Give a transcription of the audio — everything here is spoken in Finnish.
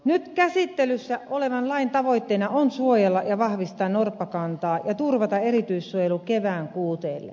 nyt käsittelyssä olevan lain tavoitteena on suojella ja vahvistaa norppakantaa ja turvata erityissuojelu kevään kuuteille